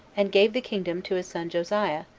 and gave the kingdom to his son josiah,